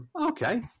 okay